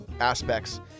aspects